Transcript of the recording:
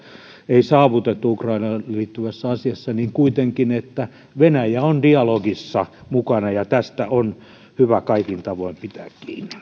ei saavutettu ukrainaan liittyvässä asiassa on kuitenkin hyvä asia että venäjä on dialogissa mukana ja tästä on hyvä kaikin tavoin pitää kiinni